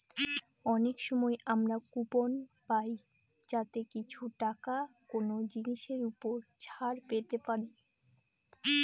অনেক সময় আমরা কুপন পাই যাতে কিছু টাকা কোনো জিনিসের ওপর ছাড় পেতে পারি